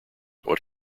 what